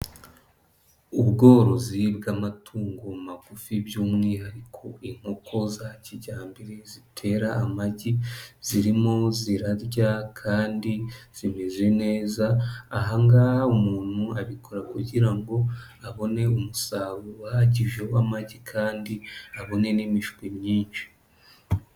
Ubworozi bw'amatungo magufi by'umwihariko inkoko za kijyambere zitera amagi, zirimo zirarya kandi zimeze neza, ahangaha umuntu abikora kugira ngo abone umusaruro uhagije w'amagi kandi abone n'imishwi myinshi.